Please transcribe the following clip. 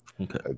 Okay